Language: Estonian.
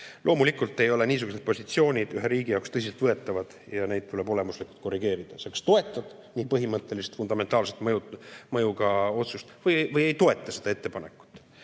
Loomulikult ei ole niisugused positsioonid ühe riigi jaoks tõsiselt võetavad ja neid tuleb olemuslikult korrigeerida. Sa kas toetad nii põhimõttelist, fundamentaalse mõjuga otsust või ei toeta seda ettepanekut.